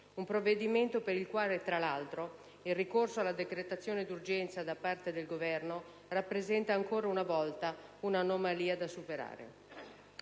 un provvedimento per il quale, tra l'altro, il ricorso alla decretazione d'urgenza da parte del Governo rappresenta ancora una volta un'anomalia da superare.